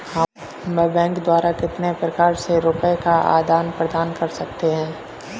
हम बैंक द्वारा कितने प्रकार से रुपये का आदान प्रदान कर सकते हैं?